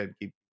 keep